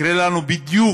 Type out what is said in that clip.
יקרה לנו בדיוק